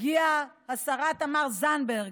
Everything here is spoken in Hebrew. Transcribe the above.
הגיעה השרה תמר זנדברג,